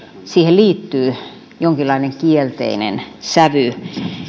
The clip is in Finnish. siihen liittyy jonkinlainen kielteinen sävy